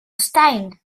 stijn